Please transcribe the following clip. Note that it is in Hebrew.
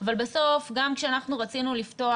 אבל בסוף גם כשאנחנו רצינו לפתוח,